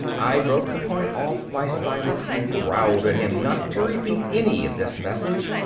i broke the point off my stylus and growled at him not to repeat any of this message,